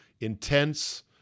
Intense